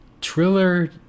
triller